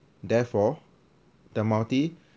therefore the multi